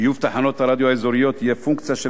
חיוב תחנות הרדיו האזוריות יהיה פונקציה של